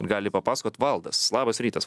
gali papasakot valdas labas rytas